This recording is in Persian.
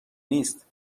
نیست